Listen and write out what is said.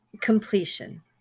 completion